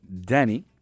Danny